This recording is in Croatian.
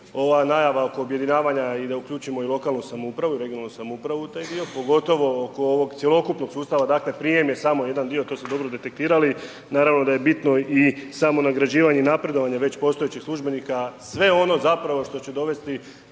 ova najava oko objedinjavanja i da uključimo i lokalnu samoupravu i regionalnu samoupravu taj dio, pogotovo oko ovog cjelokupnog sustava, dakle prijem je samo jedan dio to ste dobro detektirali, naravno da je bitno i samo nagrađivanje i napredovanje već postojećih službenika, sve ono zapravo što će dovesti